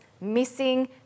missing